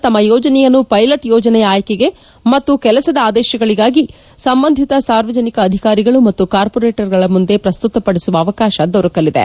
ತಮ್ಮ ಯೋಜನೆಯನ್ನು ಪೈಲಟ್ ಯೋಜನೆಯ ಆಯ್ಕೆಗೆ ಮತ್ತು ಕೆಲಸದ ಆದೇಶಗಳಿಗಾಗಿ ಸಂಬಂಧಿತ ಸಾರ್ವಜನಿಕ ಅಧಿಕಾರಿಗಳು ಮತ್ತು ಕಾರ್ಪೊರೇಟ್ಗಳ ಮುಂದೆ ಪ್ರಸ್ತುತಪಡಿಸುವ ಅವಕಾಶ ದೊರಕಲಿದೆ